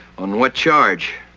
on what charge,